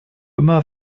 immer